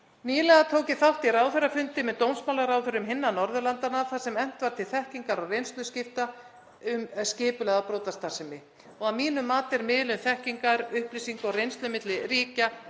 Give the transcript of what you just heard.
Nýlega tók ég þátt í ráðherrafundi með dómsmálaráðherrum annarra Norðurlanda þar sem efnt var til þekkingar- og reynsluskipta um skipulagða brotastarfsemi og að mínu mati er miðlun þekkingar, upplýsinga og reynslu milli ríkja